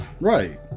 Right